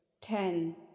ten